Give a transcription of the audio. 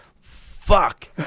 fuck